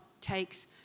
takes